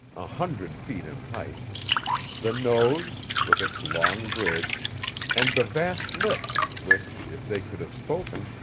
a hundred feet in height the nose, with its long bridge and the vast lips, which, if they could have spoken,